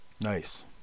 Nice